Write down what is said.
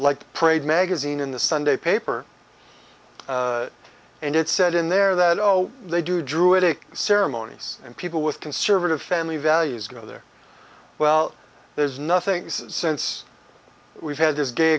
like parade magazine in the sunday paper and it said in there that they do druidic ceremonies and people with conservative family values go there well there's nothing since we've had this gay